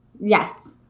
Yes